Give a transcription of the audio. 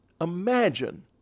imagine